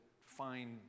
find